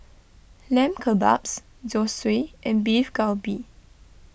Lamb Kebabs Zosui and Beef Galbi